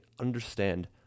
understand